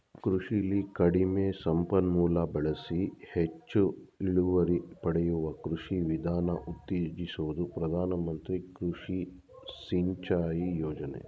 ಕೃಷಿಲಿ ಕಡಿಮೆ ಸಂಪನ್ಮೂಲ ಬಳಸಿ ಹೆಚ್ ಇಳುವರಿ ಪಡೆಯುವ ಕೃಷಿ ವಿಧಾನ ಉತ್ತೇಜಿಸೋದೆ ಪ್ರಧಾನ ಮಂತ್ರಿ ಕೃಷಿ ಸಿಂಚಾಯಿ ಯೋಜನೆ